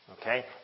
okay